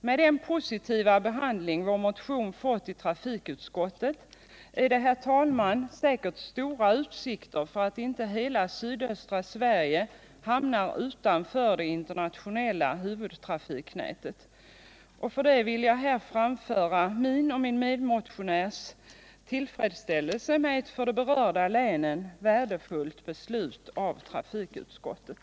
Med den positiva behandling vår motion fått i trafikutskottet är det säkert, herr talman, goda utsikter för att inte hela sydöstra Sverige hamnar utanför det internationella huvudtrafiknätet. För detta vill jag framföra min och min medmotionärs tillfredsställelse med ett för de berörda länen värdefullt beslut av trafikutskottet.